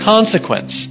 consequence